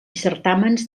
certàmens